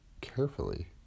carefully